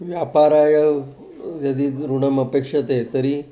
व्यापाराय यदि ऋणम् अपेक्षते तर्हि